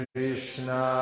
Krishna